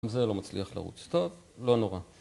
זה לא מצליח לרוץ, טוב, לא נורא